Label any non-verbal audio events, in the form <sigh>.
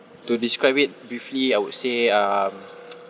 to describe it briefly I would say um <noise>